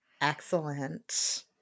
Excellent